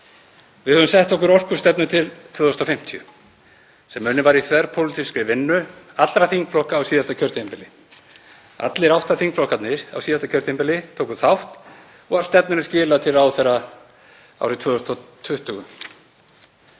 Við höfum sett okkur orkustefnu til 2050 sem unnin var í þverpólitískri vinnu allra þingflokka á síðasta kjörtímabili. Allir átta þingflokkarnir á síðasta kjörtímabili tóku þátt og var stefnunni skilað til ráðherra árið 2021.